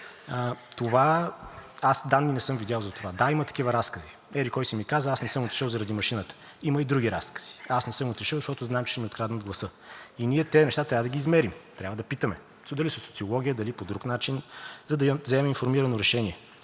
Данни затова не съм видял. Да, има такива разкази: еди-кой си ми каза. Аз не съм отишъл заради машината, има и други разкази. Аз не съм отишъл, защото знам, че ще ми откраднат гласа. Ние тези неща трябва да ги измерим и трябва да питаме дали със социология, дали по друг начин, за да вземем информирано решение.